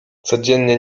codziennie